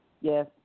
Yes